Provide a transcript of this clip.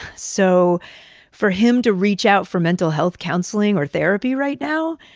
so for him to reach out for mental health counseling or therapy right now,